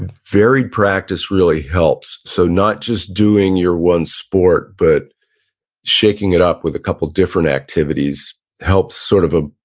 and varied practice really helps. so not just doing your one sport, but shaking it up with a couple of different activities helps sort of a,